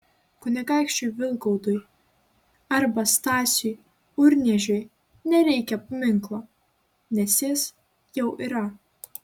kunigaikščiui vilgaudui arba stasiui urniežiui nereikia paminklo nes jis jau yra